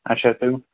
اَچھا تُہۍ